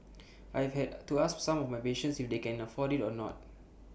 I have had to ask some of my patients if they can afford IT or not